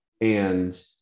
and-